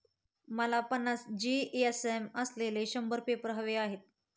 मला पन्नास जी.एस.एम असलेले शंभर पेपर हवे आहेत